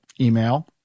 email